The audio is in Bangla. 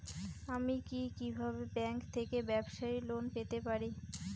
আমি কি কিভাবে ব্যাংক থেকে ব্যবসায়ী লোন পেতে পারি?